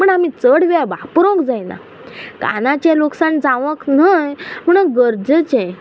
पूण आमी चड वेळ वापरूंक जायना कानाचे लुकसाण जावंक न्हय म्हण गरजेचे